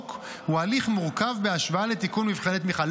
הוא הליך מורכב בהשוואה לתיקון מבחני תמיכה.